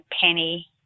Penny